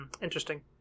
Interesting